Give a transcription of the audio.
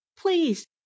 Please